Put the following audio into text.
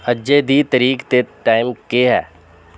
अज्जै दी तरीक ते टाइम केह् ऐ